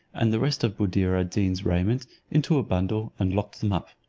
and the rest of buddir ad deen's raiment into a bundle, and locked them up.